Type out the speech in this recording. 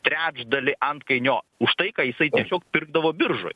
trečdalį antkainio už tai ką jisai tiesiog pirkdavo biržoj